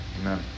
Amen